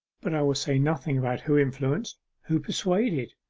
but i will say nothing about who influenced who persuaded.